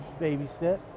babysit